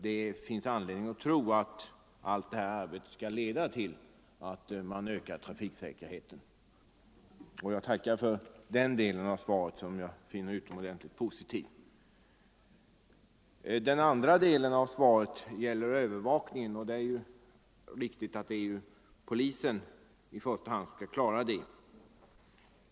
Det finns anledning att tro att allt detta arbete skall leda till att trafiksäkerheten ökar. Jag tackar för den delen av svaret, som jag finner utomordentligt positiv. Den andra delen av svaret gäller övervakningen. Det är riktigt att det i första hand är polisen som skall klara den.